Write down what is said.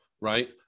right